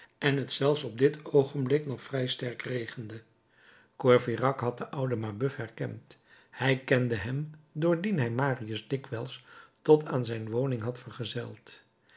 en t zelfs op dit oogenblik nog vrij sterk regende courfeyrac had den ouden mabeuf herkend hij kende hem doordien hij marius dikwijls tot aan zijn woning had vergezeld